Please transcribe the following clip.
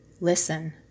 Listen